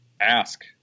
ask